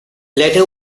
letter